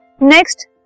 Next